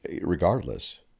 regardless